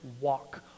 walk